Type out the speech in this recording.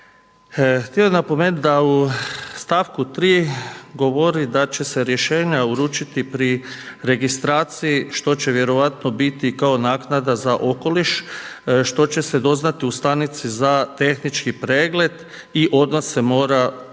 Htio bih napomenuti da u stavku 3 govori da će se rješenja uručiti pri registraciji što će vjerojatno biti kao naknada za okoliš, što će se doznati u Stanici za tehnički pregled i odmah se mora uplatiti.